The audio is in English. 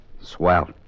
Swell